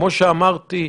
כמו שאמרתי,